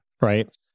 right